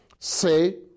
Say